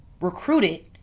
recruited